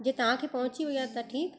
जीअं तव्हांखे पहुंची वई आहे त ठीकु